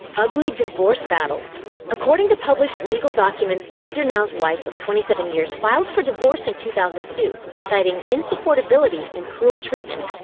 ugly divorce battle according to published legal documents, dr. now's wife of twenty seven years filed for divorce in two thousand and two, citing insupportability and cruel treatment.